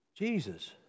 Jesus